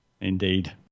Indeed